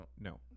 No